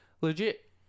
legit